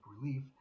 relief